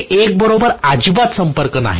तेथे 1 बरोबर अजिबात संपर्क नाही